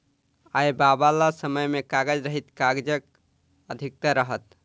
आबयबाला समय मे कागज रहित काजक अधिकता रहत